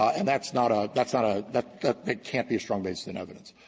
and that's not a that's not a that that it can't be a strong basis in evidence.